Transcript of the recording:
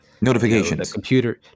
notifications